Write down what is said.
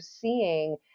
seeing